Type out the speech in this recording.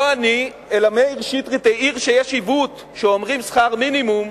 לא אני אלא מאיר שטרית העיר שיש עיוות כשאומרים שכר מינימום.